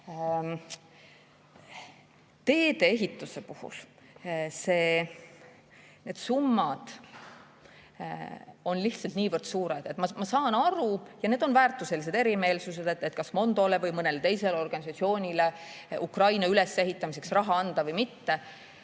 tee-ehituse puhul need summad on lihtsalt niivõrd suured. Ma saan aru, et need on väärtuselised erimeelsused, kas Mondole või mõnele teisele organisatsioonile Ukraina ülesehitamiseks raha anda või mitte.